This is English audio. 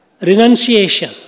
renunciation